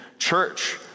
church